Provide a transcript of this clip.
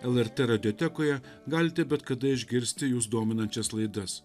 lrt radiotekoje galite bet kada išgirsti jus dominančias laidas